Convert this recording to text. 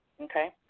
okay